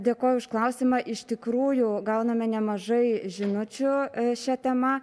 dėkoju už klausimą iš tikrųjų gauname nemažai žinučių šia tema